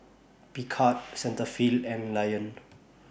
Picard Cetaphil and Lion